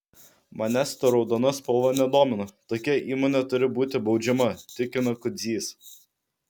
manęs ta raudona spalva nedomina tokia įmonė turi būti baudžiama tikina kudzys